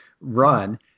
run